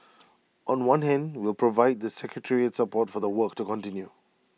on one hand we'll provide the secretariat support for the work to continue